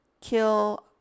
kill